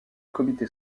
comité